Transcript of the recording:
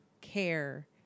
care